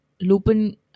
Lupin